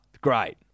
Great